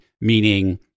Meaning